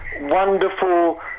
wonderful